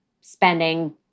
spending